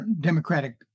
democratic